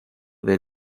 del